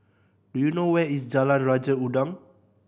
do you know where is Jalan Raja Udang